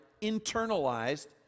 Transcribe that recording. internalized